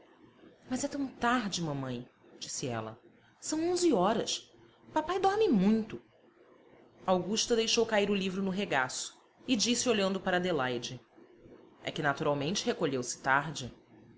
mas é tão tarde mamãe disse ela são onze horas papai dorme muito augusta deixou cair o livro no regaço e disse olhando para adelaide é que naturalmente recolheu-se tarde